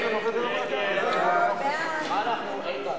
אנחנו מצביעים.